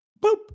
boop